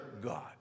God